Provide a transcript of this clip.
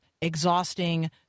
exhausting